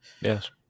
Yes